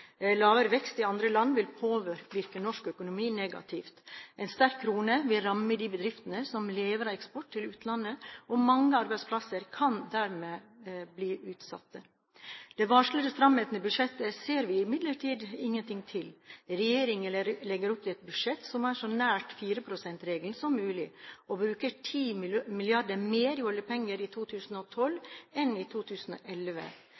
Lavere vekst i andre land vil påvirke norsk økonomi negativt. En sterk krone vil ramme de bedriftene som lever av eksport til utlandet, og mange arbeidsplasser kan dermed bli utsatt. Den varslede stramheten i budsjettet ser vi imidlertid ingenting til. Regjeringen legger opp til et budsjett som er så nær 4 pst.-regelen som mulig, og bruker 10 mrd. kr mer i oljepenger i